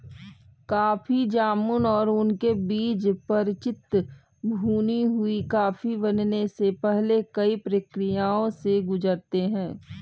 coffee जामुन और उनके बीज परिचित भुनी हुई कॉफी बनने से पहले कई प्रक्रियाओं से गुजरते हैं